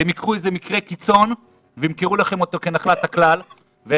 הם ייקחו איזה מקרה קיצון וימכרו לכם אותו כנחלת הכלל ויציגו